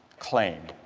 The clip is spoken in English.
claim.